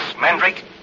Mandrake